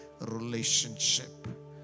relationship